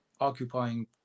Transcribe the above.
occupying